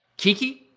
kiki,